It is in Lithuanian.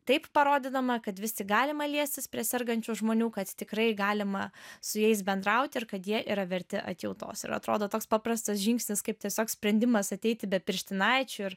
taip parodydama kad vis tik galima liestis prie sergančių žmonių kad tikrai galima su jais bendrauti ir kad jie yra verti atjautos ir atrodo toks paprastas žingsnis kaip tiesiog sprendimas ateiti be pirštinaičių ir